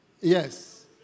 Yes